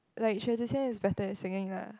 like Xue-Zhi-Qian is better at singing lah